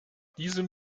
diesem